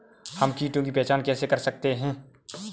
हम कीटों की पहचान कैसे कर सकते हैं?